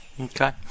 Okay